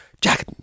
jack